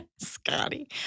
Scotty